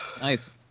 Nice